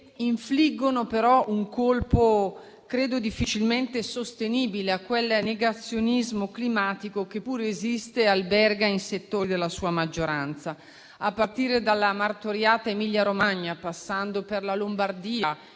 infliggono un colpo credo difficilmente sostenibile a quel negazionismo climatico che pure esiste e alberga in settori della sua maggioranza. A partire dalla martoriata Emilia-Romagna, passando per la Lombardia,